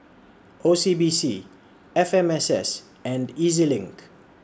O C B C F M S S and E Z LINK